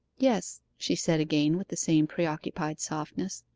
yes, she said again, with the same preoccupied softness.